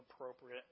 appropriate